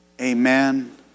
Amen